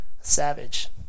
savage